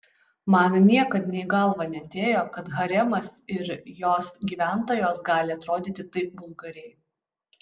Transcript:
man niekad nė į galvą neatėjo kad haremas ir jos gyventojos gali atrodyti taip vulgariai